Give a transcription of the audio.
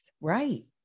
Right